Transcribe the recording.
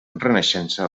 renaixença